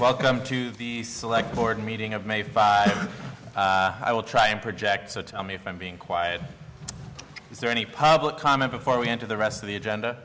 welcome to the select board meeting of may five i will try and project so tell me if i'm being quiet is there any public comment before we enter the rest of the agenda